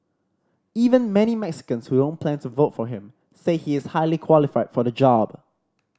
even many Mexicans who don't plan to vote for him say he is highly qualified for the job